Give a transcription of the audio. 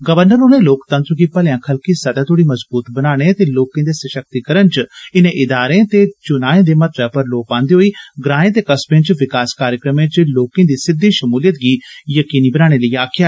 governor होरें लोकतंत्र गी भलेआं खलकी सतह तोड़ी मजबूत बनाने ते लोकें दे सशक्तिकरण च इनें इदारें ते चूनाएं महत्वै पर लौड पान्दे होई ग्राएं ते कस्बे च विकास कार्यक्रमें च लोकें दी सिद्दी शमूयिात गी यकीनी बनाने लेई आक्खेआ